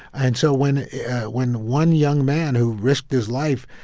and so when when one young man, who risked his life,